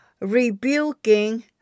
rebuking